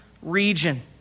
Region